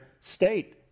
state